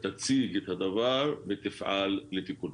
שתציג את הדבר ותפעל לטיפולו.